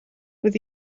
with